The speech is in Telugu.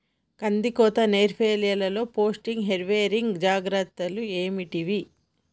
కందికోత నుర్పిల్లలో పోస్ట్ హార్వెస్టింగ్ జాగ్రత్తలు ఏంటివి?